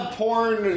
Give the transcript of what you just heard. porn